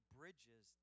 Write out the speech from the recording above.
bridges